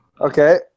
Okay